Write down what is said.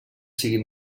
siguin